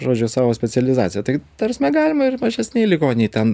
žodžiu savo specializaciją tai ta prasme galima ir mažesnėj ligoninėj ten